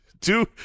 two